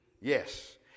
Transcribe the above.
Yes